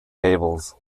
tables